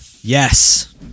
Yes